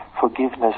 forgiveness